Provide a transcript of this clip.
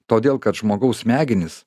todėl kad žmogaus smegenys